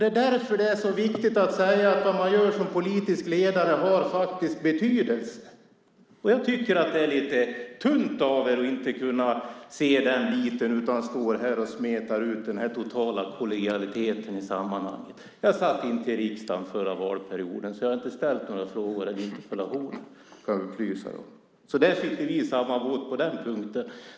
Det är därför som det är så viktigt att säga att vad man gör som politisk ledare har betydelse. Jag tycker att det är lite tunt av er att inte kunna se den biten utan att ni står här och smetar ut den totala kollegialiteten i sammanhanget. Jag kan upplysa er om att jag inte satt i riksdagen förra valperioden, så jag har inte ställt några frågor eller interpellationer. På den punkten sitter vi i samma båt.